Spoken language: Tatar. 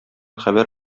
хәбәр